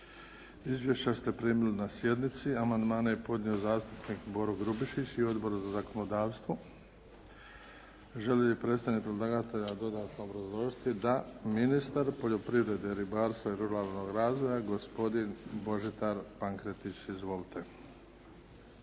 Izvješća ste primili na sjednici. Amandmane je podnio zastupnik Boro Grubišić i Odbor za zakonodavstvo. Želi li predstavnik predlagatelja dodatno obrazložiti? Da. Ministar poljoprivrede, ribarstva i ruralnog razvoja, gospodin Božidar Pankretić. Izvolite.